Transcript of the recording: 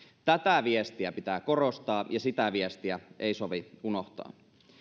tätä viestiä pitää korostaa ja sitä viestiä ei sovi unohtaa